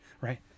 Right